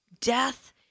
death